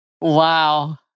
Wow